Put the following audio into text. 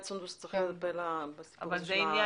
סונדוס, צריך לטפל בסיפור של ההנגשה.